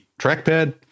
trackpad